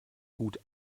gut